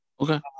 Okay